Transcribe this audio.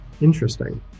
Interesting